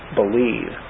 believe